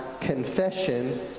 confession